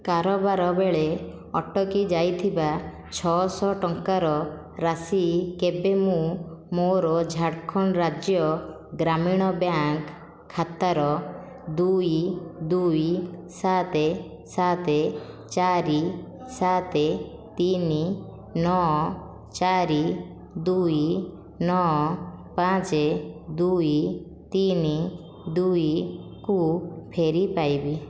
କାରବାର ବେଳେ ଅଟକି ଯାଇଥିବା ଛଅଶହ ଟଙ୍କାର ରାଶି କେବେ ମୁଁ ମୋର ଝାଡ଼ଖଣ୍ଡ ରାଜ୍ୟ ଗ୍ରାମୀଣ ବ୍ୟାଙ୍କ୍ ଖାତାର ଦୁଇ ଦୁଇ ସାତେ ସାତେ ଚାରି ସାତେ ତିନି ନଅ ଚାରି ଦୁଇ ନଅ ପାଞ୍ଚେ ଦୁଇ ତିନି ଦୁଇକୁ ଫେରିପାଇବି